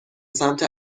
سمت